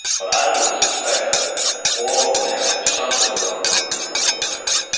but i would suspect that all of them have something wrong with their pre-frontal cortex.